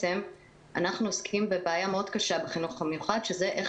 אנחנו עוסקים בבעיה בעיה קשה בחינוך המיוחד שהיא איך